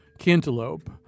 cantaloupe